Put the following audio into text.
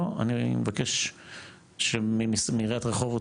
אני מבקש מעריית רחובות,